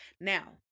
now